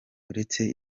uretse